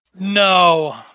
No